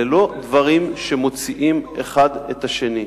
אלה לא דברים שמוציאים אחד את השני.